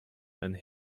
and